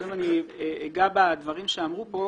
לגבי מה שנאמר כאן.